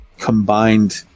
combined